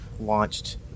launched